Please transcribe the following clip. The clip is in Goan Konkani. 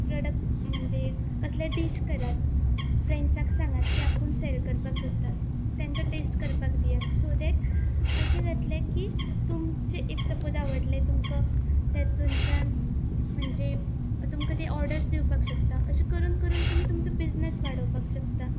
प्रडक्ट म्हणजे कसले डीश करात फ्रेंड्सांक सांगात की आपूण सेल करपाक सोदतात तेंका टेस्ट करपाक दियात सो दॅट अशें जातले की तुमचे इफ सपोज आवडले तुमकां तुमच्यान म्हणजे तुमकां तें ऑर्डर्स दिवपाक शकता अशें करून करून तुमी तुमचो बिजनस वाडोवपाक शकता